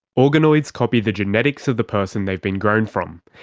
organoids copy the genetics of the person they've been grown from.